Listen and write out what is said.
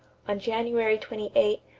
on january twenty eight,